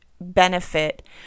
benefit